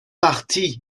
parti